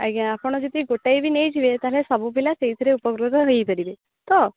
ଆଜ୍ଞା ଆପଣ ଯଦି ଗୋଟେ ବି ନେଇଯିବେ ତାହେଲେ ସବୁ ପିଲା ସେଇଥିରେ ଉପକୃତ ହେଇପାରିବେ ତ